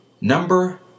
number